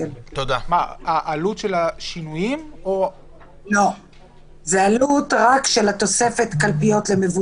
עם כל הזכויות הסוציאליות ולא תהיה הפרשה לפנסיה או דברים מהסוג